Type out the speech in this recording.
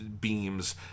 beams